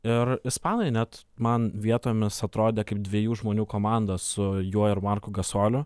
ir ispanai net man vietomis atrodė kaip dviejų žmonių komanda su juo ir marku gasoliu